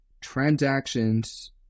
transactions